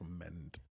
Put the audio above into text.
recommend